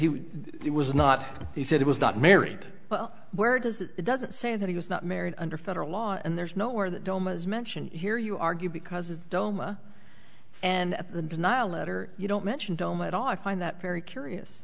he was not he said it was not married but where does it does it say that he was not married under federal law and there's no where that doma is mentioned here you argue because it's doma and the denial letter you don't mention doma at all i find that very curious